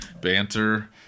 banter